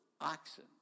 oxen